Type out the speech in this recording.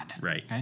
Right